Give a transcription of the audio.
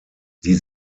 die